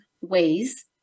ways